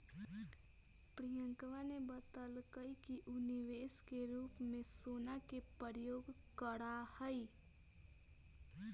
प्रियंकवा ने बतल कई कि ऊ निवेश के रूप में सोना के प्रयोग करा हई